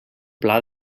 pla